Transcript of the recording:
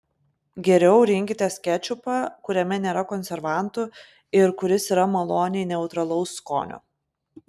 geriau rinkitės kečupą kuriame nėra konservantų ir kuris yra maloniai neutralaus skonio